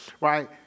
right